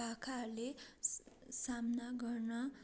पाखाहरूले स साम्ना गर्न